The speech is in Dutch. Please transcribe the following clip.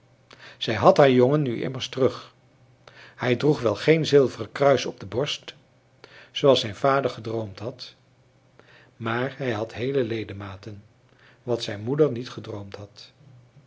zij had haar jongen nu immers terug hij droeg wel geen zilveren kruis op de borst zooals zijn vader gedroomd had maar hij had heele ledematen wat zijn moeder niet gedroomd had